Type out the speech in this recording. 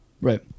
Right